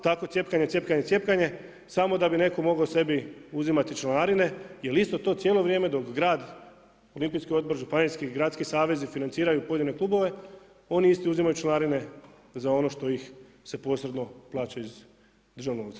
Tako cjepkanje, cjepkanje, cjepkanje samo da bi netko mogao sebi uzimati članarine jer isto to cijelo vrijeme dok grad Olimpijski odbor, županijski, gradski savezi financiraju pojedine klubove oni isti uzimaju članarine za ono što ih se posredno plaća iz državnog novca.